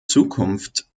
zukunft